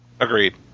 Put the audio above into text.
Agreed